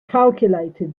calculated